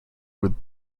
would